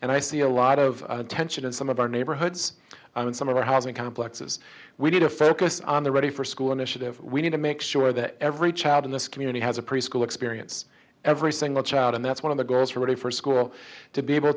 and ice a lot of tension in some of our neighborhoods and some of our housing complexes we need to focus on the ready for school initiative we need to make sure that every child in this community has a preschool experience every single child and that's one of the girls for ready for school to be able